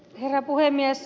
herra puhemies